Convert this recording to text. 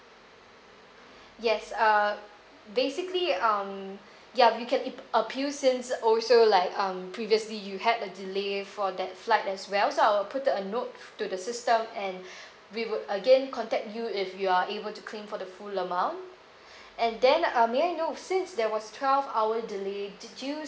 yes uh basically um ya you can ap~ appeal since also like um previously you had a delay for that flight as well so I'll put a note to the system and we would again contact you if you're able to claim for the full amount and then uh may I know since there was twelve hour delay did you